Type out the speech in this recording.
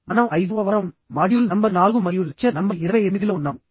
మనం 5వ వారం మాడ్యూల్ నంబర్ 4 మరియు లెక్చర్ నంబర్ 28లో ఉన్నాము